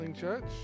Church